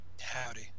Howdy